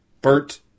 Bert